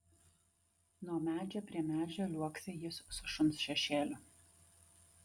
nuo medžio prie medžio liuoksi jis su šuns šešėliu